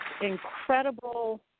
incredible